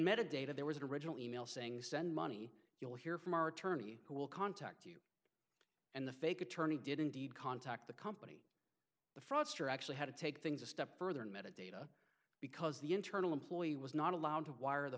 data there was an original email saying send money you'll hear from our attorney who will contact you and the fake attorney did indeed contact the company the fraudster actually had to take things a step further and meditate because the internal employee was not allowed to wire the